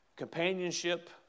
Companionship